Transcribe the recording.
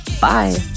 Bye